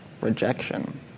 rejection